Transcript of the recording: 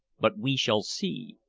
but we shall see.